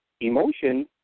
emotion